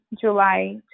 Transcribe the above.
July